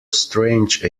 strange